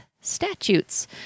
statutes